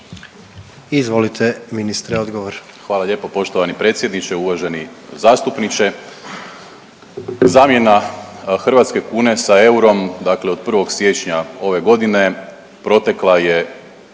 Izvolite ministre odgovor. **Primorac, Marko** Hvala lijepo poštovani predsjedniče. Uvaženi zastupniče, zamjena hrvatske kune sa eurom dakle od 1. siječnja ove godine protekla je